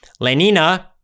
Lenina